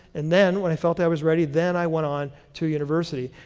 and then when i felt i was ready, then i went on to a university.